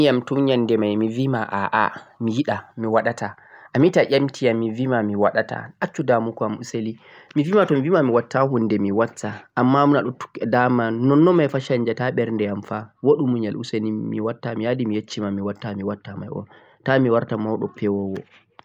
a ya di a ƴami yam tun nyannde may mi bi ma a a, mi yiɗa mi waɗata. A meti a ƴami yam mi bi ma mi waɗata accu da mugo am useni, mi bi ma to mi bi ma mi watta huunde mi watta, ammaa a ɗo da am, nonnon may canjata ɓerde am fa waɗu muyal useni mi watta mi arti mi yeccima mi watta mi watta may un mi yi ɗa mi warta mawɗo pewowo